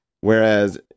Whereas